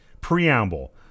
Preamble